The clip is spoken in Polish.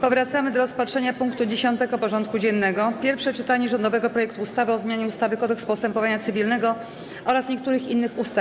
Powracamy do rozpatrzenia punktu 10. porządku dziennego: Pierwsze czytanie rządowego projektu ustawy o zmianie ustawy Kodeks postępowania cywilnego oraz niektórych innych ustaw.